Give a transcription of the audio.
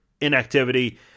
inactivity